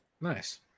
Nice